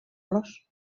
los